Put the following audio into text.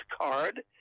card